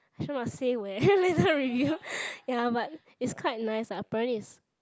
sure must say where later review ya but it's quite nice lah apparently is